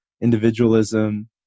individualism